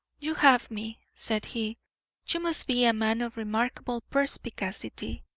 you have me, said he you must be a man of remarkable perspicacity.